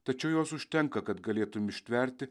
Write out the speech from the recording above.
tačiau jos užtenka kad galėtum ištverti